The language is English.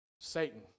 Satan